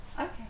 Okay